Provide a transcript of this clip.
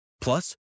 Plus